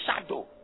shadow